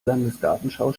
landesgartenschau